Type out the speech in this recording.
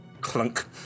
clunk